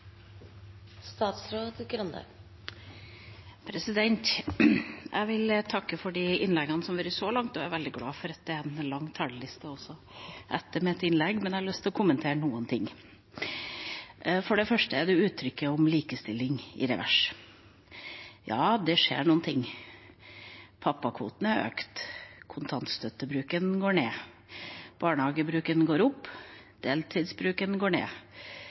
Jeg vil takke for innleggene som har vært holdt så lang. Jeg er veldig glad for at det er en lang talerliste også etter mitt innlegg, men jeg har lyst til å kommentere noen ting. For det første gjelder det uttrykket «likestilling i revers». Ja, det skjer noen ting: Pappakvoten er økt, kontantstøttebruken går ned, barnehagebruken går opp, deltidsbruken går ned,